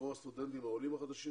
עבור הסטודנטים העולים החדשים,